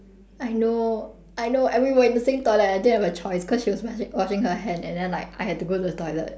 I know I know and we were in the same toilet I didn't have a choice cause she was washing washing her hand and then like I had to go to the toilet